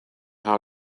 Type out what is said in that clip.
how